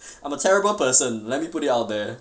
I'm a terrible person let me put it out there